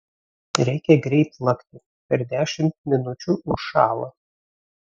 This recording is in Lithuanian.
reikia greit lakti per dešimt minučių užšąla